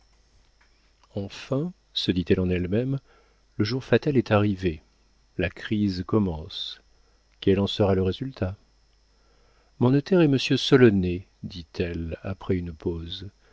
enfin se dit-elle en elle-même le jour fatal est arrivé la crise commence quel en sera le résultat mon notaire est monsieur solonet dit-elle après une pause